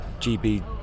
GB